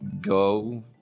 go